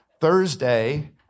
Thursday